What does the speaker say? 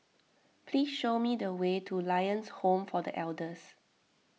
please show me the way to Lions Home for the Elders